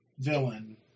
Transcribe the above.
villain